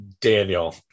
Daniel